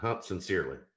Sincerely